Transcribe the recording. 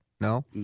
No